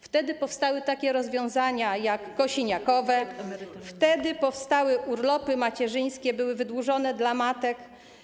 Wtedy powstały takie rozwiązania jak kosiniakowe, wtedy powstały urlopy macierzyńskie, były one wydłużone dla matek.